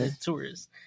Tourists